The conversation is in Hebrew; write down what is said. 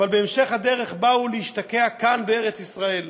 אבל בהמשך הדרך באו להשתקע כאן בארץ-ישראל.